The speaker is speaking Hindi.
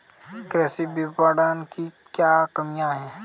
कृषि विपणन की क्या कमियाँ हैं?